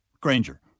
Granger